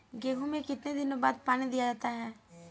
गेहूँ में कितने दिनों बाद पानी दिया जाता है?